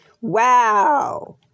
Wow